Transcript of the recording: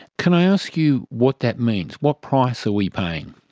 can i ask you what that means? what price are we paying?